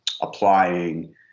applying